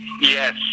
Yes